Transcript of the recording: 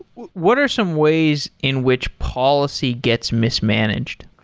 what are some ways in which policy gets mismanaged?